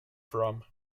from